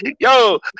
Yo